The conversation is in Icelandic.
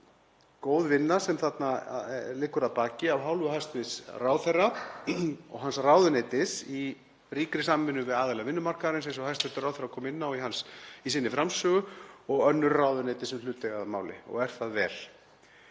góð vinna þarna að baki af hálfu hæstv. ráðherra og hans ráðuneytis í ríkri samvinnu við aðila vinnumarkaðarins, eins og hæstv. ráðherra kom inn á í sinni framsögu, og önnur ráðuneyti sem hlut eiga að máli og er það vel.